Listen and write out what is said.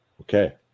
Okay